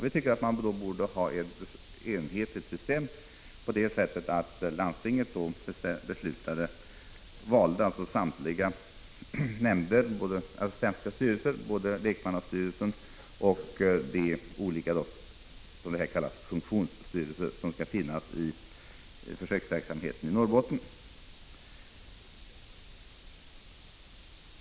Vi tycker att man borde ha ett enhetligt system på det sättet att landstinget valde samtliga ledamöter i både lekmannastyrelsen och de olika s.k. funktionsstyrelser som skall finnas i försöksverksamheten i Norrbotten.